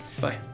Bye